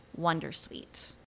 Wondersuite